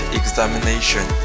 examination